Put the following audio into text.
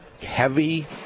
heavy